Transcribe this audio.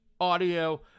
audio